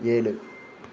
ஏழு